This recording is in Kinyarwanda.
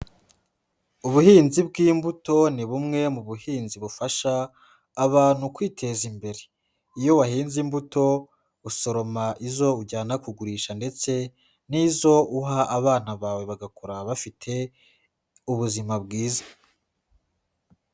Ubuhinzi bw'imbuto, ni bumwe mu buhinzi bufasha abantu kwiteza imbere. Iyo wahinze imbuto, usoroma izo ujyana kugurisha ndetse n'izo uha abana bawe bagakura bafite ubuzima bwiza.